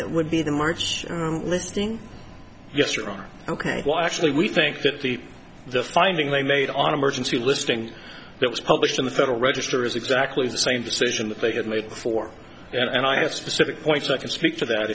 that would be the march listing yes or on ok well actually we think that the the finding they made on emergency listing that was published in the federal register is exactly the same decision that they had made before and i have specific points i can speak to that